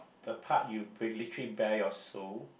the part you literally bare your soul